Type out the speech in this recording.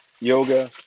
yoga